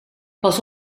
pas